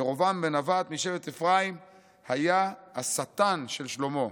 ירבעם בן-נבט משבט אפרים היה השטן של שלמה.